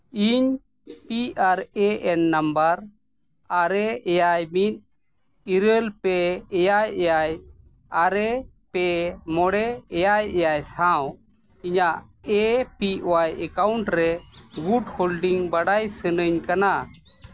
ᱤᱧ P R A N number ᱟᱨᱮ ᱮᱭᱟᱭ ᱢᱤᱫ ᱤᱨᱟᱹᱞ ᱯᱮ ᱮᱭᱟᱭ ᱮᱭᱟᱭ ᱟᱨᱮ ᱯᱮ ᱢᱚᱬᱮ ᱮᱭᱟᱭ ᱮᱭᱟᱭ ᱥᱟᱶ ᱤᱧᱟᱹᱜ ᱮ ᱯᱤ ᱚᱣᱟᱭ ᱮᱠᱟᱣᱩᱱᱴ ᱨᱮ ᱜᱩᱰ ᱦᱳᱞᱰᱤᱝ ᱵᱟᱲᱟᱭ ᱥᱟᱱᱟᱧ ᱠᱟᱱᱟ